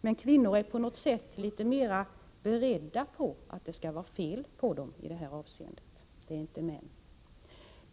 men kvinnor är på något sätt litet mer beredda på att det kan vara fel på dem i detta avseende.